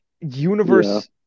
universe